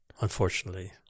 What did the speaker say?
Unfortunately